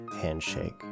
handshake